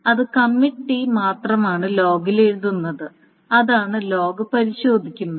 അത് committed മാത്രമാണ് ലോഗിൽ എഴുതുന്നത് അതാണ് ലോഗ് പരിശോധിക്കുന്നത്